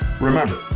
Remember